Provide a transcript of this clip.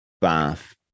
bath